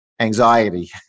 anxiety